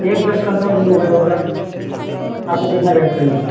एक गैस का रुपये होगा आपको कितने गैस चाहिए